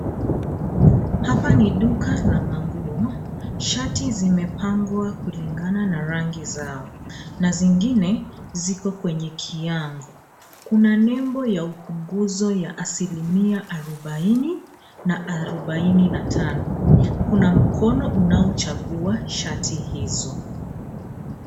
Hapa ni duka la manguo. Shati zimepangwa kulingana na rangi zao na zingine ziko kwenye kiango. Kuna nembo ya upunguzo ya asili mia arobaini na arobaini na tano. Kuna mkono unaochagua shati hizo.